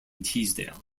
teesdale